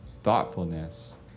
thoughtfulness